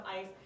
ice